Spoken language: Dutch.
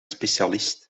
specialist